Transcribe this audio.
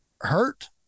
hurt